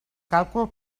càlcul